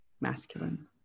masculine